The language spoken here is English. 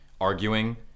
arguing